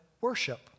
worship